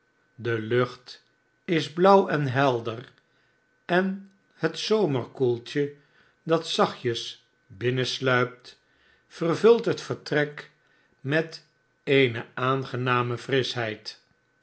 de lucht is blauw en helder en het zomerkaeltje dat zachtjes binnensluipt vervult het vertrek met eene aangename frischheid